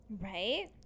Right